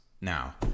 now